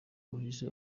wahise